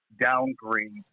downgrade